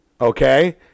Okay